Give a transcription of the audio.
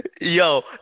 yo